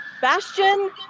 Bastion